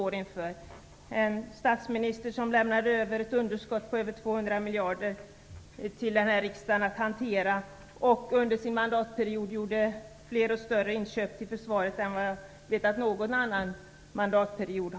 Carl Bildt var en statsminister som lämnade över ett underskott på över 200 miljarder till den här riksdagen att hantera. Under hans mandatperiod gjordes fler och större inköp till försvaret än vad jag vet har gjorts under någon annan mandatperiod.